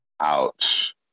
Ouch